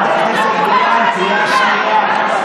חברת הכנסת גולן, קריאה שנייה.